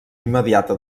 immediata